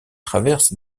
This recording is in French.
traverse